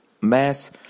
mass